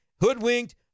hoodwinked